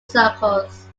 circles